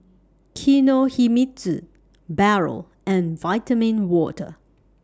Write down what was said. Kinohimitsu Barrel and Vitamin Water